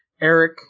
Eric